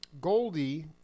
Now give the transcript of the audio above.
Goldie